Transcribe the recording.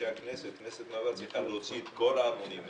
שכנסת מעבר צריכה להוציא את כל הערמונים האלה.